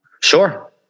Sure